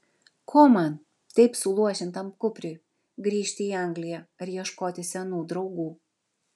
ko man taip suluošintam kupriui grįžti į angliją ar ieškoti senų draugų